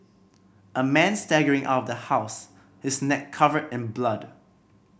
a man staggering out of the house his neck covered in blood